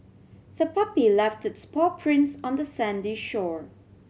the puppy left its paw prints on the sandy shore